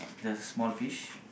the small fish